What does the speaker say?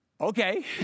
okay